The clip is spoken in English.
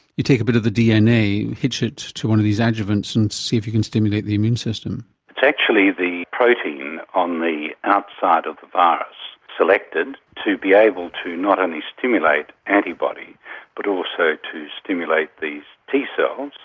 you take a bit of the dna, hitch it to one of these adjuvants and see if you can stimulate the immune system. it is actually the protein on the outside of the virus selected to be able to not only stimulate antibody but also to stimulate these t cells,